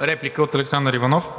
Реплика от Александър Иванов.